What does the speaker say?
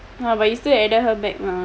but you still added her back mah